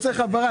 לא צריך העברה.